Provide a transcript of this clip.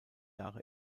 jahre